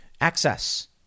Access